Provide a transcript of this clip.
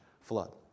flood